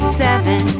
seven